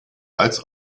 als